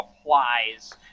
applies